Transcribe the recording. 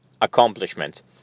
accomplishments